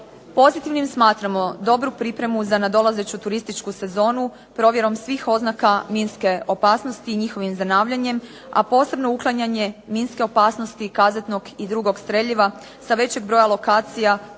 Pozitivnim smatramo dobru pripremu za nadolazeću turističku sezonu, provjerom svih oznaka minske opasnosti i njihovim zanavljanjem, a posebno uklanjanje minske opasnosti kazetnog i drugog streljiva sa većeg broja lokacija